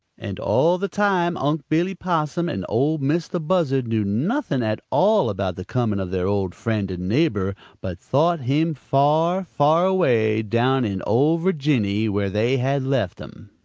and all the time unc' billy possum and ol' mistah buzzard knew nothing at all about the coming of their old friend and neighbor, but thought him far, far away down in ol' virginny where they had left him.